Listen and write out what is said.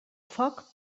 foc